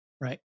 right